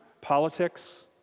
politics